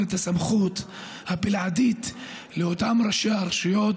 את הסמכות הבלעדית לאותם ראשי הרשויות,